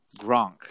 Gronk